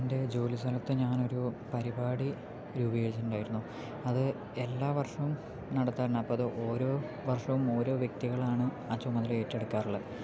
എൻ്റെ ജോലി സ്ഥലത്ത് ഞാനൊരു പരിപാടി രൂപീകരിച്ചിട്ടുണ്ടായിരുന്നു അത് എല്ലാ വർഷവും നടത്താറുണ്ട് അപ്പം അത് ഓരോ വർഷവും ഓരോ വ്യക്തികളാണ് ആ ചുമതല ഏറ്റെടുക്കാറുള്ളത്